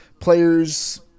players